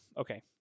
okay